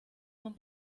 man